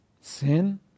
Sin